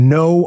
no